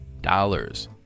dollars